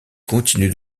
continue